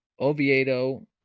Oviedo